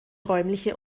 räumliche